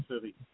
City